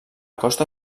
costa